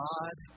God